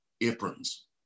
aprons